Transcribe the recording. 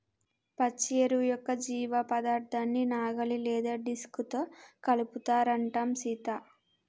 పచ్చి ఎరువు యొక్క జీవపదార్థాన్ని నాగలి లేదా డిస్క్ తో కలుపుతారంటం సీత